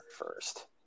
first